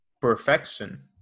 perfection